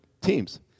teams